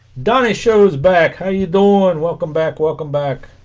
donna shows back how you doing and welcome back welcome back